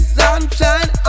sunshine